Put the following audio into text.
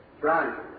right